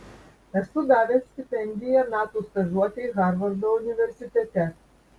esu gavęs stipendiją metų stažuotei harvardo universitete